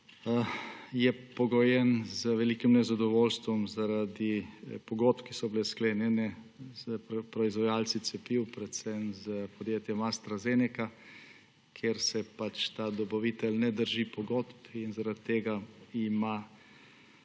je pogojena z velikim nezadovoljstvom zaradi pogodb, ki so bile sklenjene s proizvajalci cepiv, predvsem s podjetjem AstraZeneca, ker se ta dobavitelj ne drži pogodb in ima zaradi tega